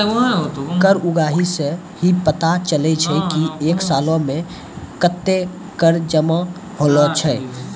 कर उगाही सं ही पता चलै छै की एक सालो मे कत्ते कर जमा होलो छै